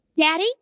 Daddy